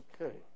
Okay